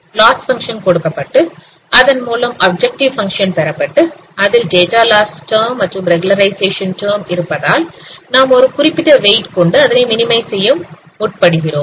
loss function கொடுக்கப்பட்டு அதன்மூலம் object function பெறப்பட்டு அதில் டேட்டா லாஸ் டாம் மற்றும் ரெகுலேரைசேஷன் இருப்பதால் நாம் ஒரு குறிப்பிட்ட வெயிட் கொண்டு அதனை மினிமைஸ் செய்ய முற்படுகிறோம்